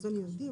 מזון ייעודי,